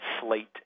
slate